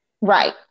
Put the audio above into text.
right